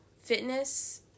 Fitness